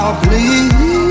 please